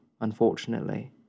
unfortunately